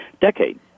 decade